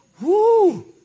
woo